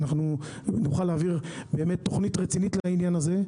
ונוכל להעביר תוכנית רצינית לעניין הזה.